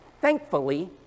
Thankfully